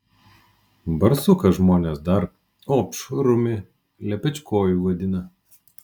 barsuką žmonės dar opšrumi lepečkoju vadina